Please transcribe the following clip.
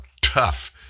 tough